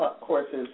courses